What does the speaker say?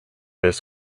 his